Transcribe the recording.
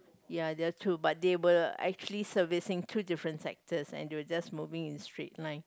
ya there are two but they were actually serving two different sectors and they were just moving in straight line